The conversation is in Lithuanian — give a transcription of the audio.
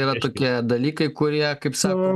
yra tokie dalykai kurie kaip sako